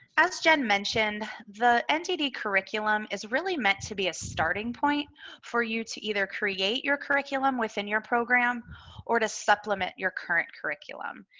as jen mentioned, the and the curriculum is really meant to be a starting point for you to either create your curriculum within your program or to supplement your current curriculum.